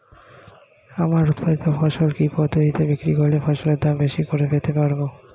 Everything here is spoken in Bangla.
আমার উৎপাদিত ফসল কি পদ্ধতিতে বিক্রি করলে ফসলের দাম বেশি করে পেতে পারবো?